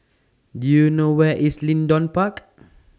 Do YOU know Where IS Leedon Park